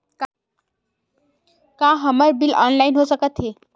का हमर bill online हो सकत हे?